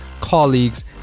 colleagues